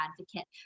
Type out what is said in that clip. advocate